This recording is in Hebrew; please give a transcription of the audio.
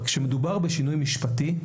כאשר מדובר בשינוי משפטי,